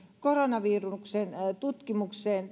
koronaviruksen tutkimukseen